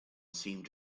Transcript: seemed